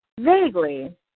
Vaguely